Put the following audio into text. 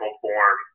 form